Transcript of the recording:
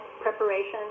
preparation